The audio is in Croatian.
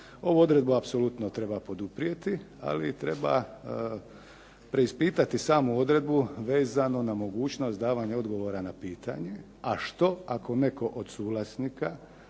Ovu odredbu apsolutno treba poduprijeti, ali treba preispitati samu odredbu vezanu na mogućnost davanja odgovora na pitanje a što ako netko od suvlasnika